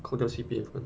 扣掉 C_P_F